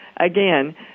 again